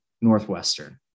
Northwestern